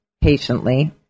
patiently